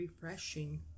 refreshing